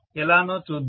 ఎలానో చూద్దాం